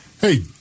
hey